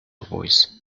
voice